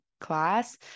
class